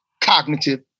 Cognitive